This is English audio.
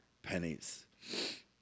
pennies